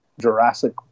Jurassic